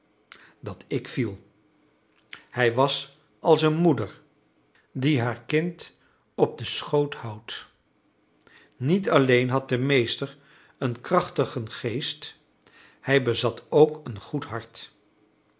dat ik viel hij was als een moeder die haar kind op den schoot houdt niet alleen had de meester een krachtigen geest hij bezat ook een goed hart